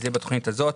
זה בתוכנית הזאת.